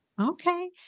Okay